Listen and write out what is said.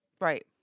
Right